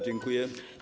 Dziękuję.